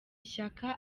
shyaka